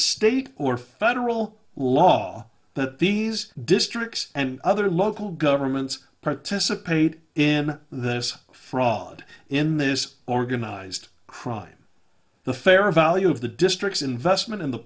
state or federal law that these districts and other local governments participate in this fraud in this organized crime the fair value of the district's investment in the